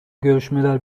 görüşmeler